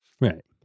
Right